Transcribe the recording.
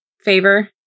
favor